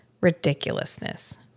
ridiculousness